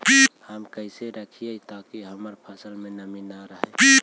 हम कैसे रखिये ताकी हमर फ़सल में नमी न रहै?